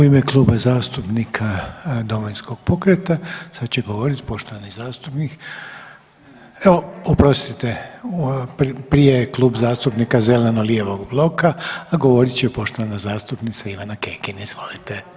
U ime Kluba zastupnika Domovinskog pokreta sada će govoriti poštovani zastupnik, e oprostite prije je klub Zeleno-lijevog bloka a govorit će poštovana zastupnica Ivana Kekin, izvolite.